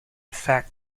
fact